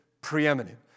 preeminent